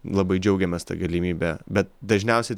labai džiaugiamės ta galimybe bet dažniausiai